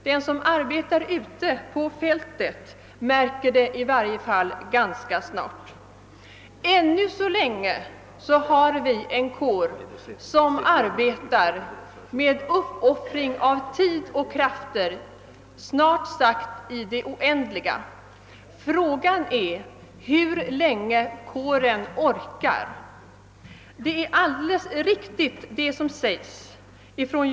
Den som arbetar ute på fältet märker i varje fall detta ganska snart. Ännu så länge har vi en kår som snart sagt i det oändliga arbetar med uppoffrande av tid och krafter. Frågan är bara hur länge denna kår orkar.